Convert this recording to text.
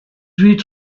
huit